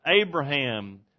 Abraham